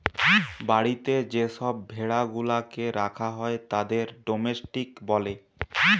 বাড়িতে যে সব ভেড়া গুলাকে রাখা হয় তাদের ডোমেস্টিক বলে